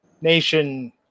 Nation